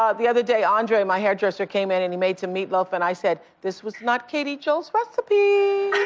um the other day andre my hairdresser came in and he made some meatloaf and i said, this was not katie joel's recipe.